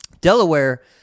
Delaware